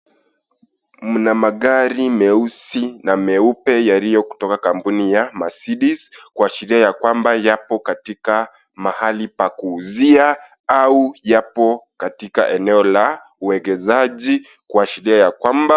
Mna magari meusi na meupe yaliyo kutoka kampuni ya marceedes kuashiria yakwamba yapo katika mahali pa kuuzia au yapo katika eneo la uegeshaji kuashiria yakwamba .